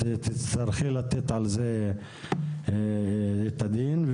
את תצטרכי לתת על זה את הדין.